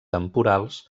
temporals